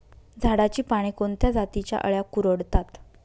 झाडाची पाने कोणत्या जातीच्या अळ्या कुरडतात?